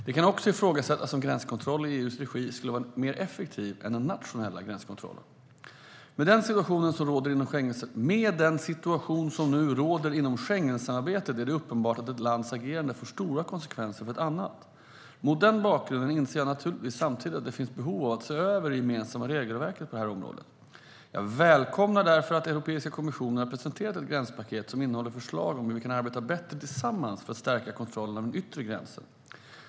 Det kan också ifrågasättas om en gränskontroll i EU:s regi skulle vara mer effektiv än den nationella gränskontrollen. Med den situation som nu råder inom Schengensamarbetet är det uppenbart att ett lands agerande får stora konsekvenser för ett annat. Mot den bakgrunden inser jag naturligtvis samtidigt att det finns behov av att se över det gemensamma regelverket på det här området. Jag välkomnar därför att Europeiska kommissionen har presenterat ett gränspaket som innehåller förslag om hur vi kan arbeta bättre tillsammans för att stärka kontrollen av den yttre gränsen.